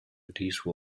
release